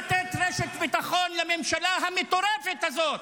לתת רשת ביטחון לממשלה המטורפת הזו,